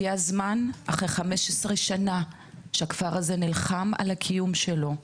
הגיע הזמן אחרי 15 שנה שהכפר הזה נלחם על הקיום שלו.